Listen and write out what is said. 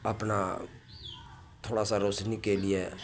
अपना थोड़ा सा रौशनीके लिए